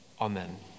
Amen